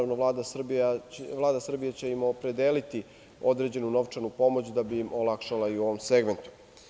Vlada Srbije će im opredeliti određenu novčanu pomoć da bi im olakšala i u ovom segmentu.